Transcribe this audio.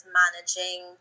managing